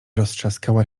rozstrzaskała